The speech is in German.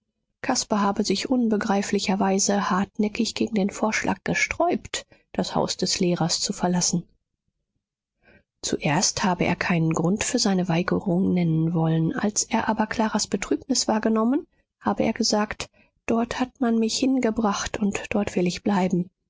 caspar habe sich unbegreiflicherweise hartnäckig gegen den vorschlag gesträubt das haus des lehrers zu verlassen zuerst habe er keinen grund für seine weigerung nennen wollen als er aber claras betrübnis wahrgenommen habe er gesagt dort hat man mich hingebracht und dort will ich bleiben